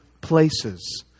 places